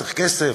צריך כסף,